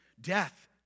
Death